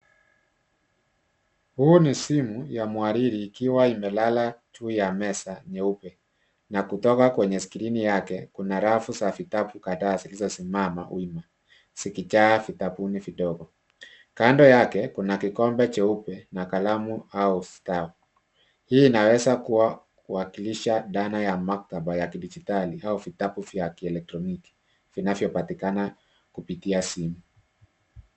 Huu ni simu ya muhariri ikiwa imelala juu ya meza nyeupe. Na kutoka kwenye skrini yake kuna rafu za vitabu kadhaa zilizosimama wima zikijaa vitabuni kidogo. Kando yake kuna kikombe cheupe na kalamu au ustawi. Hii inaweza kuwa wakilisha dhana ya maktaba ya dijitali au vitabu vya kielektroniki kinachopatikana kupitia simu.